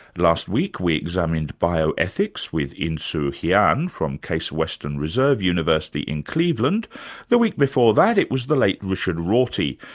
last week we examined bioethics with insoo hyun from case western reserve university in cleveland the week before that it was the late richard rorty,